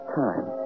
time